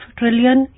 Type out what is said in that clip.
trillion